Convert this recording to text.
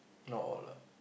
not all lah